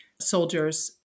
soldiers